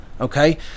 okay